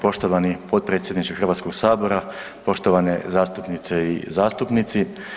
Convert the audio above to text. Poštovani potpredsjedniče Hrvatskoga sabora, poštovane zastupnice i zastupnici.